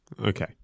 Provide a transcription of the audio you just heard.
okay